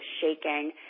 shaking